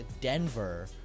Denver